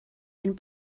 and